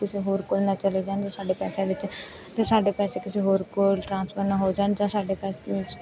ਕਿਸੇ ਹੋਰ ਕੋਲ ਨਾ ਚਲੇ ਜਾਣ ਅਤੇ ਸਾਡੇ ਪੈਸੇ ਵਿੱਚ ਅਤੇ ਸਾਡੇ ਪੈਸੇ ਕਿਸੇ ਹੋਰ ਕੋਲ ਟ੍ਰਾਂਸਫਰ ਨਾ ਹੋ ਜਾਣ ਜਾਂ ਸਾਡੇ ਪੈਸੇ ਵਿੱਚ